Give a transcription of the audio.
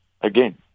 again